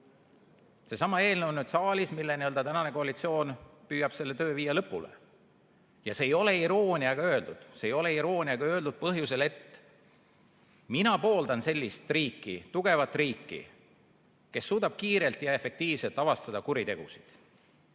Seesama eelnõu on nüüd saalis ja tänane koalitsioon püüab selle töö viia lõpule. See ei ole irooniaga öeldud. See ei ole irooniaga öeldud põhjusel, et mina pooldan sellist riiki, tugevat riiki, kes suudab kiirelt ja efektiivselt avastada kuritegusid.